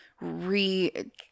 re